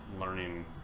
learning